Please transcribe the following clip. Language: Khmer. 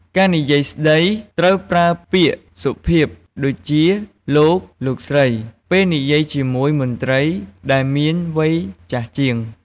ការនិយាយស្ដី ត្រូវប្រើពាក្យសុភាព ដូចជា "លោក" "លោកស្រី" ពេលនិយាយជាមួយមន្រ្តីដែលមានវ័យចាស់ជាង។